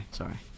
sorry